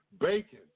bacon